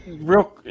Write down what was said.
real